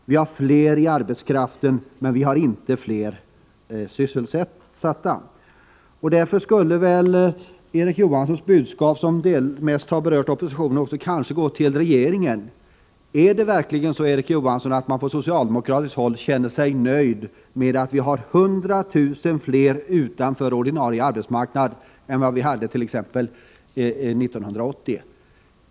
Det är fler i arbetskraften, men inte fler sysselsatta. Därför borde kanske Erik Johanssons budskap, som mest har berört oppositionen, också gå till regeringen. Känner man sig på socialdemokratiskt håll, Erik Johansson, verkligen nöjd med att 100 000 fler än undert.ex. 1980 är utanför den ordinarie arbetsmarknaden?